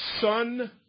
son